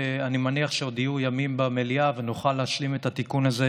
אני מניח שעוד יהיו ימים במליאה ונוכל להשלים את התיקון הזה,